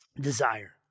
desire